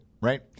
right